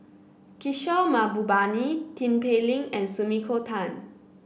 Kishore Mahbubani Tin Pei Ling and Sumiko Tan